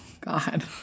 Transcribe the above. God